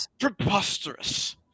Preposterous